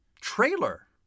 trailer